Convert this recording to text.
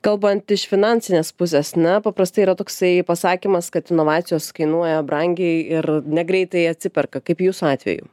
kalbant iš finansinės pusės na paprastai yra toksai pasakymas kad inovacijos kainuoja brangiai ir negreitai atsiperka kaip jūsų atveju